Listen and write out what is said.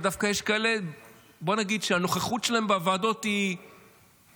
ודווקא יש כאלה שהנוכחות שלהם בוועדות היא פחותה